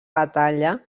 batalla